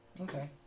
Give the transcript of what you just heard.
okay